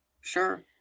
sure